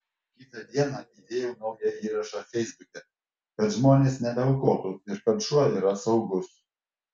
kitą dieną įdėjau naują įrašą feisbuke kad žmonės nebeaukotų ir kad šuo yra saugus